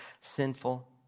sinful